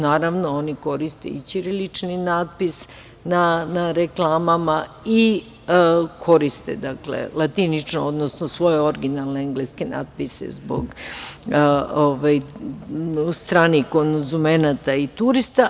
Naravno oni koriste i ćirilični natpis na reklama i koriste latinično, odnosno svoje originalne engleske natpise zbog stranih konzumenata i turista.